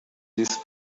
these